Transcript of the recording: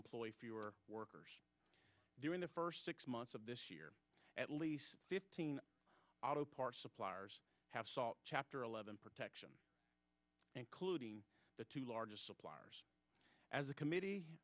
employee fewer workers during the first six months of this year at least fifteen auto parts suppliers have sought chapter eleven protection including the two largest suppliers as a committee